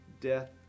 death